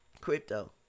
crypto